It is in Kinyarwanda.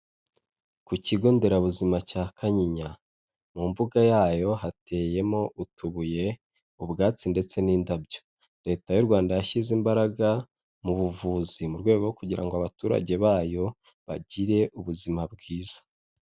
Ku kigo nderabuzima cya Kanyinya mu mbuga yayo hateyemo utubuye ubwatsi ndetse n'indabyo, leta y'u Rwanda yashyize imbaraga mu buvuzi mu rwego rwo kugira ngo abaturage bayo bagire ubuzima bwiza.